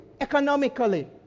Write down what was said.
economically